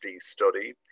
study